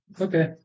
Okay